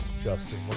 Justin